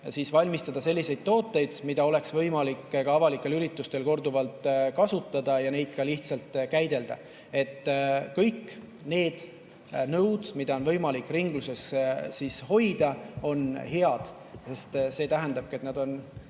puidust valmistada selliseid tooteid, mida oleks võimalik ka avalikel üritustel korduvalt kasutada ja neid ka lihtsalt käidelda. Kõik need nõud, mida on võimalik ringluses hoida, on head. See tähendab, et need on